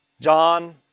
John